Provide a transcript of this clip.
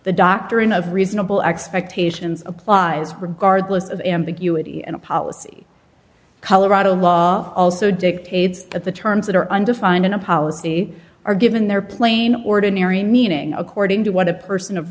the doctrine of reasonable expectations applies regardless of ambiguity and a policy colorado law also dictates that the terms that are undefined in a policy are given their plain ordinary meaning according to what a person of